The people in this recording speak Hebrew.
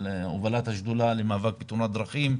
על הובלת השדולה למאבק בתאונות הדרכים,